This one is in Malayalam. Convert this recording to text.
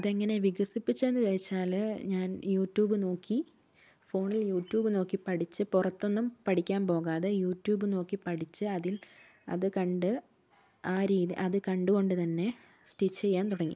അതെങ്ങനെ വികസിപ്പിച്ചെന്നു ചോദിച്ചാല് ഞാൻ യൂട്യൂബ് നോക്കി ഫോണിൽ യൂട്യൂബ് നോക്കി പഠിച്ച് പുറത്തൊന്നും പഠിക്കാൻ പോകാതെ യൂട്യൂബ് നോക്കി പഠിച്ച് അതിൽ അത് കണ്ട് ആ രീതി അത് കണ്ടുകൊണ്ട് തന്നെ സ്റ്റിച്ച് ചെയ്യാൻ തുടങ്ങി